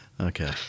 Okay